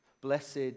Blessed